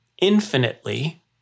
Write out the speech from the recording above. infinitely